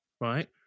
right